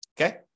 Okay